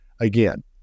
again